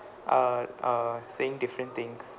uh uh saying different things